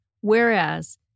Whereas